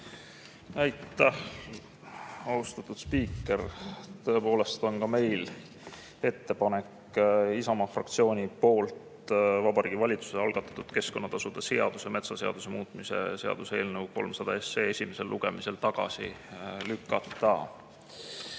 Aitäh, austatud spiiker! Tõepoolest on meil ettepanek Isamaa fraktsiooni poolt Vabariigi Valitsuse algatatud keskkonnatasude seaduse ja metsaseaduse muutmise seaduse eelnõu 300 esimesel lugemisel tagasi lükata.